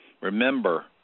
Remember